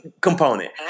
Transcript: component